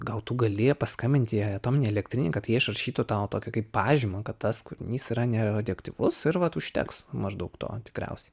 gal tu gali paskambint į atominę elektrinę kad jie išrašytų tau tokią kaip pažymą kad tas kūrinys yra nėra objektyvus ir vat užteks maždaug to tikriausiai